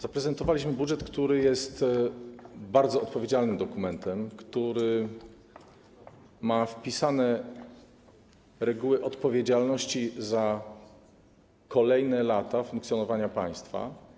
Zaprezentowaliśmy budżet, który jest bardzo odpowiedzialnym dokumentem, w zakresie którego zostały wpisane reguły odpowiedzialności za kolejne lata funkcjonowania państwa.